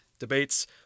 debates